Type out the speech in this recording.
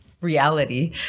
reality